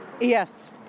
Yes